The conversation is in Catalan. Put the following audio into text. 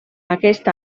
aquest